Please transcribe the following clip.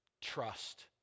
Trust